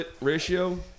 ratio